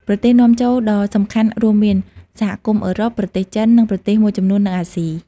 ប្រទេសនាំចូលដ៏សំខាន់រួមមាន សហគមន៍អឺរ៉ុប ប្រទេសចិន និងប្រទេសមួយចំនួននៅអាស៊ី។